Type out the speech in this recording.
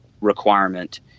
requirement